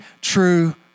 true